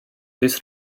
this